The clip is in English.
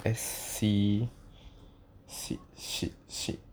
S C C C C